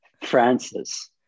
Francis